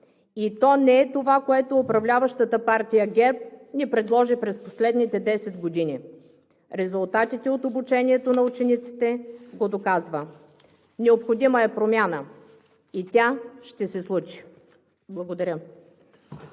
и то не е това, което управляващата партия ГЕРБ ни предложи през последните 10 години. Резултатите от обучението на учениците го доказват. Необходима е промяна и тя ще се случи! Благодаря.